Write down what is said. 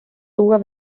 tuua